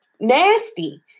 nasty